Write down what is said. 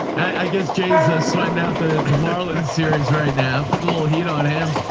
i guess jay's ah sweating out the marlin series right now. put a little heat on him.